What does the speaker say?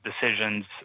decisions